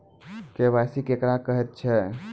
KYC केकरा कहैत छै?